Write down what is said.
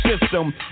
system